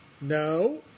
No